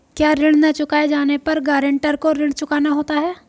क्या ऋण न चुकाए जाने पर गरेंटर को ऋण चुकाना होता है?